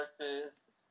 versus